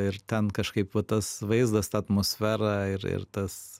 ir ten kažkaip va tas vaizdas ta atmosfera ir ir tas